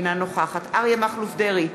אינה נוכחת אריה מכלוף דרעי,